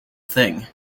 thing